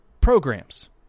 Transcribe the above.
programs